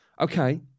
Okay